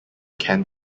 can